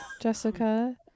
Jessica